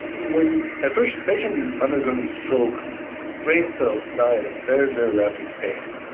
when at first patient is undergoing stroke, the brain cells die at a very, very rapid pace.